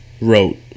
wrote